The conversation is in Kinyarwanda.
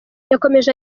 yakomeje